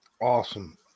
Awesome